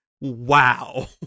Wow